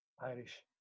Irish